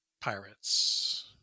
pirates